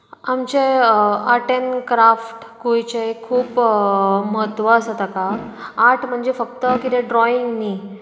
आमचें art and craft गोंयचें खूब म्हत्व आसा ताका आर्ट म्हणजें फकत कितें ड्रॉयींग न्ही